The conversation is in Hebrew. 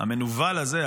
המנוול הזה,